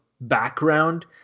background